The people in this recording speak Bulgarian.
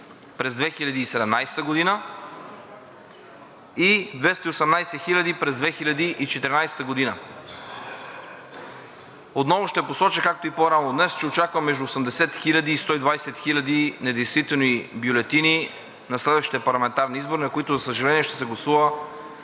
през 2017 г. и 218 хиляди през 2014 г. Отново ще посоча, както и по-рано днес, че очаквам между 80 хиляди и 120 хиляди недействителни бюлетини на следващите парламентарни избори, на които, за съжаление, ще се гласува